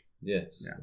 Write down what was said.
Yes